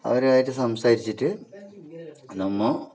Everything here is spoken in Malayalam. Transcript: അവരുമായിട്ട് സംസാരിച്ചിട്ട് നമ്മൾ